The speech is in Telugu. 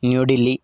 న్యూ ఢిల్లీ